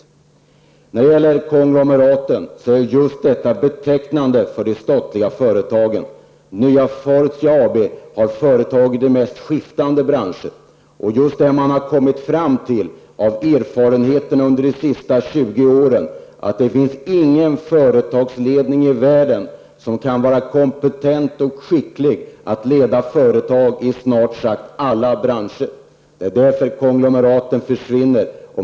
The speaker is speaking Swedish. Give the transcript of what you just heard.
Begreppet konglomerat är betecknade för de statliga företagen. Fortia AB har företag i de mest skiftande branscher. Erfarenheterna de senaste tjugo åren visar att ingen företagsledning i världen är kompetent skicklig nog att leda företag i snart sagt alla branscher. Det är därför som konglomeraten försvinner.